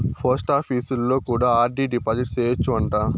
పోస్టాపీసులో కూడా RD deposit సేయచ్చు అంట